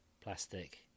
plastic